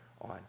on